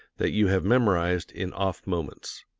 that you have memorized in off moments.